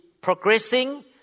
progressing